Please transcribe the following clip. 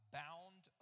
bound